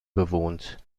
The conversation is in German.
bewohnt